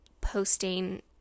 posting